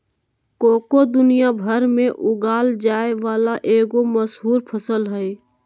cocoa दुनिया भर में उगाल जाय वला एगो मशहूर फसल हइ